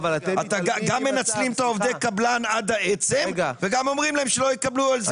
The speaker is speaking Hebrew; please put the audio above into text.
גם מנצלים את עובדי הקבלן עד העצם וגם אומרים להם שלא יקבלו על זה כלום.